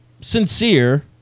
sincere